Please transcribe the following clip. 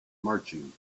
marching